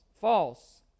False